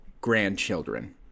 grandchildren